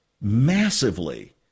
massively